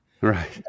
right